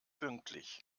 pünktlich